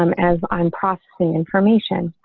um as i'm processing information.